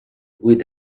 with